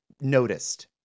noticed